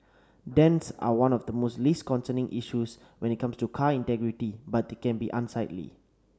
dents are one of the most least concerning issues when it comes to car integrity but they can be unsightly